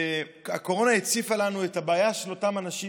הקורונה הציפה לנו את הבעיה של אותם אנשים,